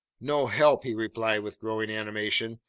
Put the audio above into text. no help! he replied with growing animation.